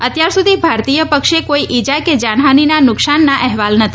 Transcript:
અત્યાર સુધી ભારતીય પક્ષે કોઈ ઇજા કે જાનહાનિના નુકસાનના અહેવાલ નથી